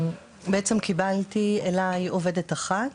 קיבלתי אליי עובדת אחת,